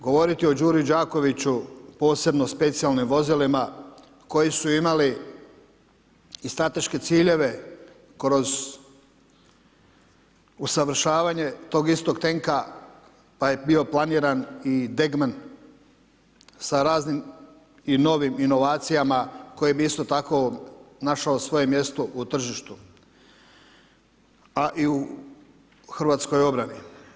Govoriti o Đuri Đakoviću posebno specijalnim vozilima koji su imali i strateške ciljeve kroz usavršavanje tog istog tenka pa je bio planiran i ... sa raznim i novim inovacijama koje bi isto našao svoje mjesto u tržištu a i u hrvatskoj obrani.